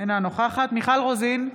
אינה נוכחת מיכל רוזין,